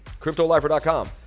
CryptoLifer.com